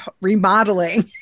remodeling